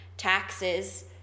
taxes